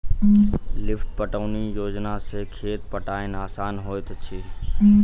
lift पटौनी योजना सॅ खेत पटायब आसान होइत अछि